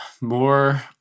more